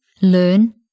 learn